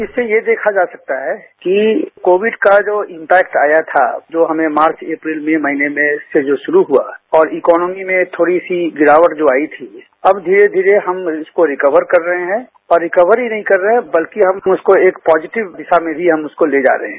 इससे ये देखा जा सकता है कि कोविड का जो इम्पेक्ट आया था जो हमें मार्च अप्रैल मई महीने में से जो शुरू हुआ और इकोनोमी में थोड़ी सी गिरावट जो आई थी अब घीरे घीरे हम उसको रिकवर कर रहे हैं और रिकवर ही नहीं कर रहे बल्कि उसको हम एक पॉजिटिव दिशा में मी हम उसको ले जा रहे हैं